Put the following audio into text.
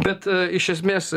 bet iš esmės